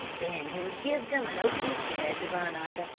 then he would give them an open shed to run under,